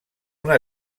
una